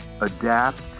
adapt